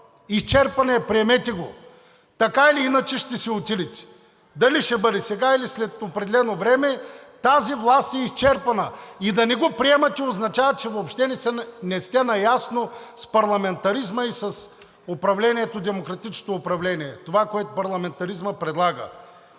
Изчерпана е, приемете го. Така или иначе, ще си отидете – дали ще бъде сега, или след определено време, тази власт е изчерпана! И да не го приемате означава, че въобще не сте наясно с парламентаризма и с демократичното управление – с това, което парламентаризмът предлага.